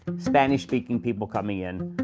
spanish-speaking people coming in.